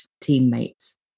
teammates